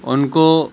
ان کو